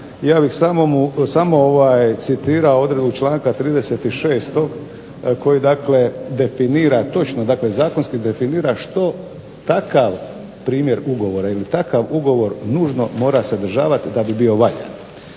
ja bih samo citirao odredbu članka 36. Koji dakle definira točno što takav primjer ugovora ili takav ugovor mora sadržavati da bi bio valjan.